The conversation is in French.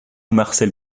marcel